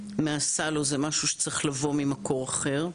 מהסל או זה משהו שצריך לבוא ממקור אחר?